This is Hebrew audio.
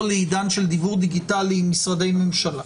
לעידן של דיוור דיגיטלי עם משרדי ממשלה.